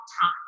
time